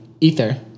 Ether